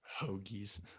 Hoagies